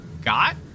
got